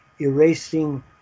erasing